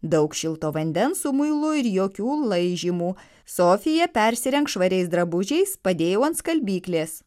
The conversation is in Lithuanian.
daug šilto vandens su muilu ir jokių laižymų sofija persirenk švariais drabužiais padėjau ant skalbyklės